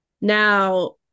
now